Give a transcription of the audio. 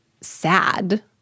sad